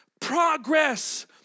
Progress